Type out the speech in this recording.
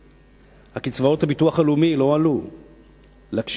קצבאות האמהות החד-הורית לא עלו למרות